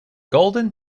golden